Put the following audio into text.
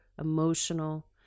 emotional